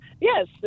yes